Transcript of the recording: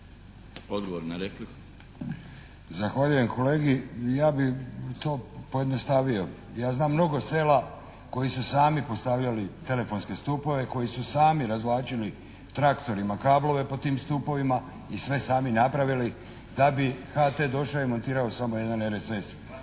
Antun (HNS)** Zahvaljujem kolegi. Ja bih to pojednostavio. Ja znam mnogo sela koji su sami postavljali telefonske stupove, koji su sami razvlačili traktorima kablove po tim stupovima i sve sami napravili da bi HT došao i montirao samo jedan